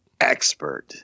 expert